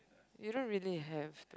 you don't really have